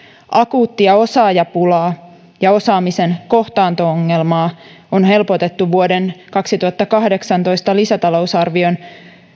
akuuttia osaajapulaa ja osaamisen kohtaanto ongelmaa on helpotettu vuoden kaksituhattakahdeksantoista lisätalousarvion